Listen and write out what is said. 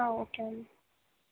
okay అండి